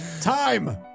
Time